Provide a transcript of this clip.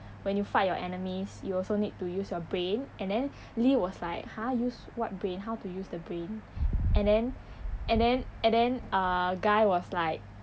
when you fight your enemies you also need to use your brain and then lee was like !huh! use what brain how to use the brain and then and then and then uh guy was like